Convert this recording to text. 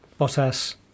Bottas